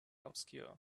obscure